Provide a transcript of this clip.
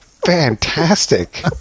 fantastic